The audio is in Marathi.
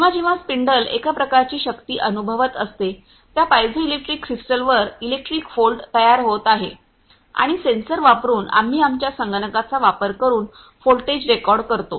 जेव्हा जेव्हा स्पिंडल एक प्रकारची शक्ती अनुभवत असते त्या पायझोइलेक्ट्रिक क्रिस्टलवर इलेक्ट्रिक व्होल्ट तयार होत आहे आणि सेन्सर वापरुन आम्ही आमच्या संगणकाचा वापर करून व्होल्टेज रेकॉर्ड करतो